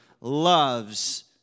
loves